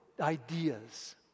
ideas